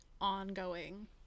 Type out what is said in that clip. ongoing